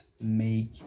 make